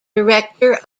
director